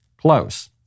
close